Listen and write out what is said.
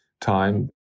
time